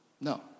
No